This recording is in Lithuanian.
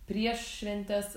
prieš šventes